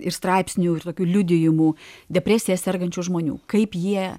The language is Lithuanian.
ir straipsnių ir tokių liudijimų depresija sergančių žmonių kaip jie